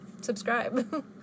subscribe